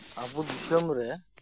ᱟᱵᱚ ᱫᱤᱥᱚᱢ ᱨᱮ